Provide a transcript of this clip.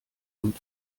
und